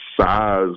size